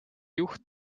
juht